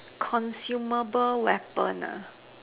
consumable weapon